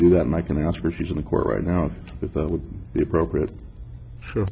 do that and i can ask her she's in the court right now but that would be appropriate